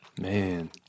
Man